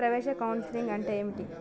ప్రవేశ కౌన్సెలింగ్ అంటే ఏమిటి?